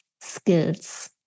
skills